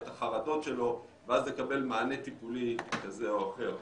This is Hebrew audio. את החרדות שלו ואז לקבל מענה טיפולי כזה או אחר,